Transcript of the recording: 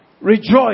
Rejoice